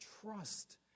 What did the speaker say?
trust